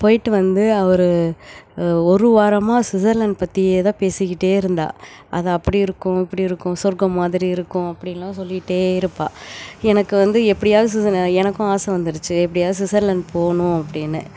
போய்ட்டு வந்து அவள் ஒரு ஒரு வாரமாக சுஸ்ஸர்லேண்ட் பற்றியே தான் பேசிக்கிட்டே இருந்தாள் அது அப்படி இருக்கும் இப்படி இருக்கும் சொர்க்கோம் மாதிரி இருக்கும் அப்படின்லாம் சொல்லிகிட்டே இருப்பாள் எனக்கு வந்து எப்படியாவுது சுஸ்ஸலே எனக்கும் ஆசை வந்துருச்சு எப்படியாவுது சுஸ்ஸர்லேண்ட் போகணும் அப்படின்னு